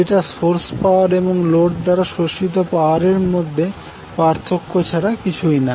যেটা source power এবং load দ্বারা শোষিত পাওয়ার এর মধ্যে পার্থক্য ছাড়া কিছুই না